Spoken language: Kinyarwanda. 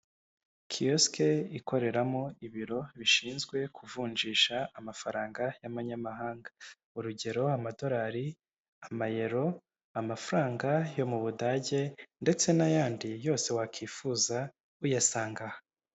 Kiyosiki ikoreramo ibiro bishinzwe kuvunjisha amafaranga y'amanyamahanga. Urugero amadolari, amayero, amafaranga yo mu Budage ndetse n'ayandi yose wakwifuza uyasanga aha.